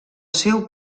seu